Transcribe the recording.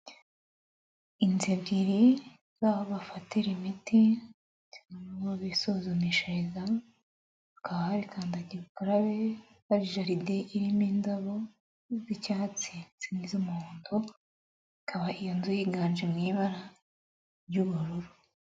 Inzu ebyiri z'aho bafatira imiti n'aho bisuzumishiriza hakaba hari kandagira ukarabe, hari jaride irimo indabo z'icyatsi n'izindi z'umuhondo, ikaba iyo inzu yiganje mu ibara ry'ubururu.